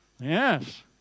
Yes